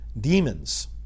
demons